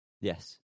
Yes